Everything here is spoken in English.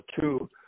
two